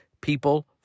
people